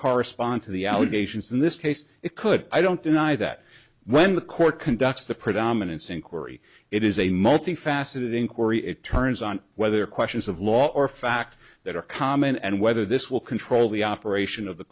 correspond to the allegations in this case it could i don't deny that when the court conducts the predominance inquiry it is a multi faceted inquiry it turns on whether questions of law or fact that are common and whether this will control the operation of the